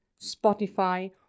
Spotify